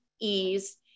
ease